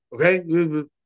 Okay